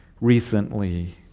recently